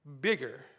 bigger